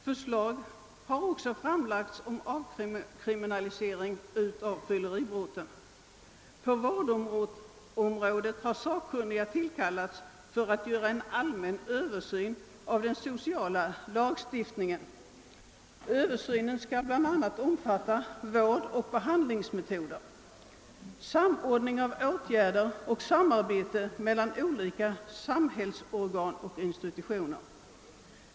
Förslag har också framlagts om avkriminalisering av fyllerivården. Sakkunniga har tillkallats för att göra en allmän översyn av den sociala lagstiftningen på vårdområdet. Översynen skall bl.a. omfatta vårdoch behandlingsmetoder, samordning av åtgärder och samarbete mellan olika samhällsorgan och institutioner.